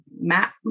map